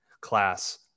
class